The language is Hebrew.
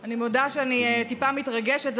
אני מודה שאני טיפה מתרגשת.